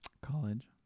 college